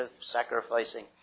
sacrificing